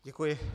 Děkuji.